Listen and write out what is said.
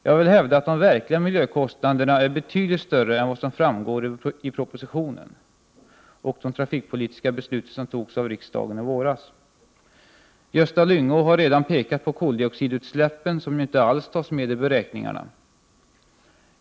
Jag vill hävda att de verkliga miljökostnaderna är betydligt större än vad som framgår av propositionen och av de trafikpolitiska besluten som fattades av riksdagen i våras. Gösta Lyngå har redan pekat på koldioxidutsläppen, som ju inte alls tas med i beräkningarna.